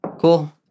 Cool